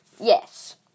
Yes